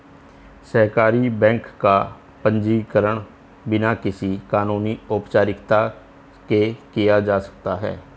सहकारी बैंक का पंजीकरण बिना किसी कानूनी औपचारिकता के किया जा सकता है